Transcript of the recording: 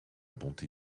bonté